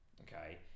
Okay